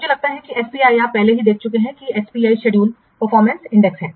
मुझे लगता है कि SPI आप पहले ही देख चुके हैं कि SPI शेड्यूल परफॉर्मेंस इंडेक्स है